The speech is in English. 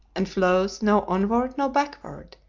and flows now onward, now backward,